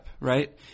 right